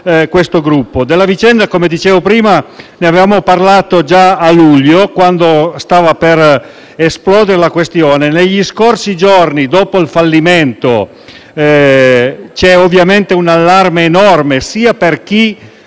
Della vicenda, come dicevo prima, ne avevamo parlato già a luglio, quando stava per esplodere la questione. Negli scorsi giorni, dopo il fallimento, c'è stato un allarme enorme sia per chi,